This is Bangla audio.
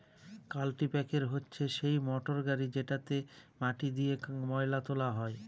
কাল্টিপ্যাকের হচ্ছে সেই মোটর গাড়ি যেটা দিয়ে জমিতে ময়লা তোলা হয়